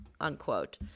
unquote